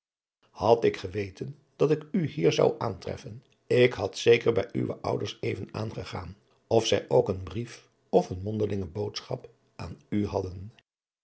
had ik geweten dat ik u hier zou aantreffen ik had zeker bij uwe ouders even aangegaan of zij ook een brief of een mondelinge boodschap aan u hadden